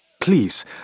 Please